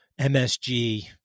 MSG